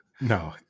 No